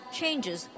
changes